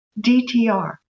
DTR